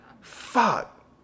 fuck